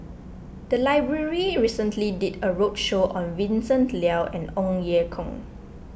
the library recently did a roadshow on Vincent Leow and Ong Ye Kung